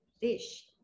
dish